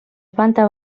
planta